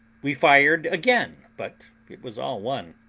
we fired again, but it was all one.